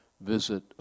visit